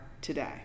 today